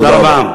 תודה רבה.